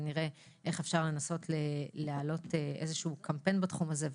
ונראה איך אפשר להעלות איזשהו קמפיין בתחום הזה,